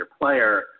player